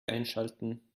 einschalten